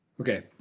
Okay